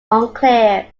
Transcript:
unclear